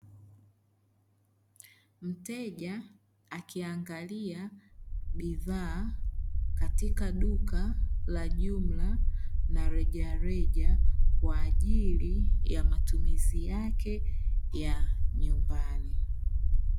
Mteja akiangalia bidhaa, katika duka la jumla na rejareja , kwaajili ya matumzizi yake ya nyumbani.